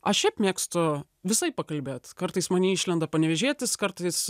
aš šiaip mėgstu visaip pakalbėt kartais many išlenda panevėžietis kartais